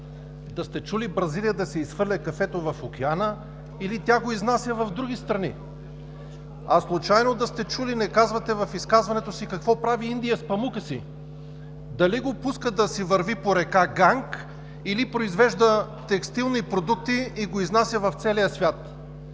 Да сте чули Бразилия да си изхъврля кафето в океана, или го изнася в други страни? Случайно да сте чули – в изказването си не казвате – какво прави Индия с памука си? Дали го пуска да си върви по река Ганг, или произвежда текстилни продукти и го изнася в целия свят?